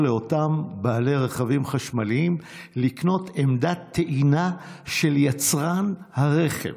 לאותם בעלי רכבים חשמליים לקנות עמדת טעינה של יצרן הרכב.